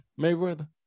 Mayweather